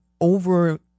over